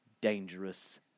dangerous